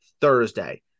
Thursday